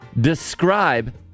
describe